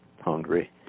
Hungary